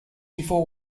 before